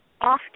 often